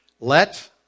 let